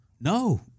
no